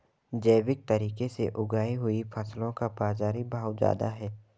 जैविक तरीके से उगाई हुई फसलों का बाज़ारी भाव ज़्यादा है